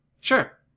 Sure